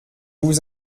vous